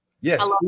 yes